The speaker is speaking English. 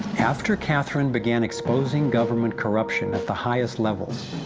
after catherine began exposing government corruption at the highest levels,